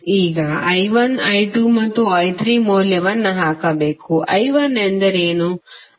ಈಗ I1 I2 ಮತ್ತು I3 ಮೌಲ್ಯವನ್ನು ಹಾಕಬೇಕು I1 ಎಂದರೇನು